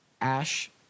Ash